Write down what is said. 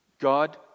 God